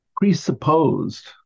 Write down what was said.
presupposed